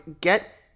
get